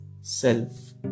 self